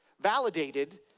validated